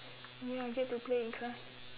ya I get to play in class